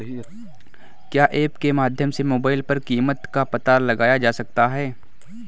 क्या ऐप के माध्यम से मोबाइल पर कीमत का पता लगाया जा सकता है?